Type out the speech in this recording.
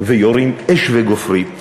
ויורים אש וגופרית